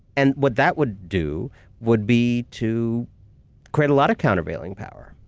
and what that would do would be to create a lot of countervailing power.